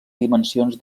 dimensions